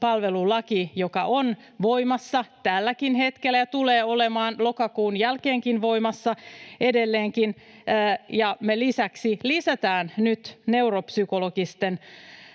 vammaispalvelulaki, joka on voimassa tälläkin hetkellä ja tulee olemaan lokakuun jälkeenkin voimassa edelleenkin. Me lisäksi lisätään nyt neuropsykologisten